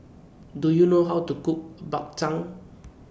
Do YOU know How to Cook Bak Chang